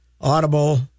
Audible